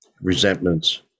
resentments